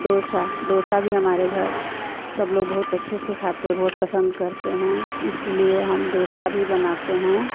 डोसा डोसा भी हमारे घर में सबलोग बहुत अच्छे से खाते हैं सबलोग बहुत पसन्द करते हैं इसलिए हम डोसा भी बनाते हैं